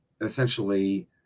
essentially